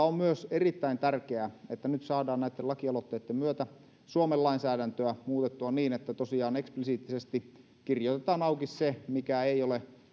on myös erittäin tärkeää että nyt saadaan näitten lakialoitteitten myötä suomen lainsäädäntöä muutettua niin että tosiaan eksplisiittisesti kirjoitetaan auki se mikä ei ole